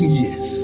years